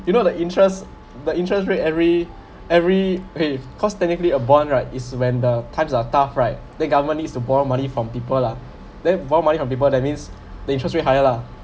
you know the interest the interest rate every every okay cause technically a bond right is when the times are tough right then government needs to borrow money from people lah then more money from people that means the interest rate higher lah